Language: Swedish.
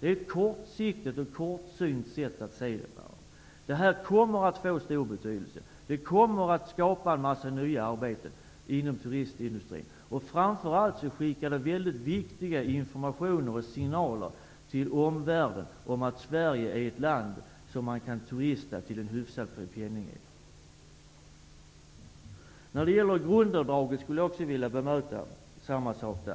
Det är ett kortsiktigt och kortsynt sätt att se det. Detta kommer att få stor betydelse. Det kommer att skapa en mängd nya arbeten inom turistindustrin. Det skickar framför allt mycket viktiga signaler till omvärlden om att Sverige är ett land där man kan turista till en hyfsad penning. Samma sak gäller